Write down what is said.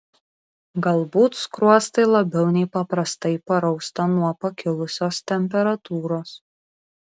galbūt skruostai labiau nei paprastai parausta nuo pakilusios temperatūros